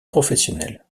professionnel